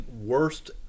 worst